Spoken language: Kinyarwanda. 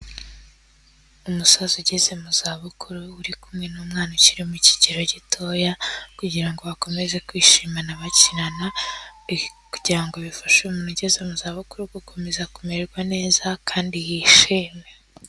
Umusaza ugeze mu za bukuru uri kumwe n'umwana ucyiri mu cyigero gitoya kugira ngo bakomeze kwishimana bakinana, kugira ngo bifashe umuntu ugeze mu za bukuru gukomeza kumererwa neza kandi yishime.